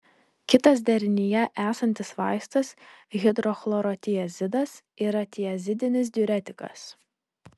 kitas derinyje esantis vaistas hidrochlorotiazidas yra tiazidinis diuretikas